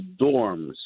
dorms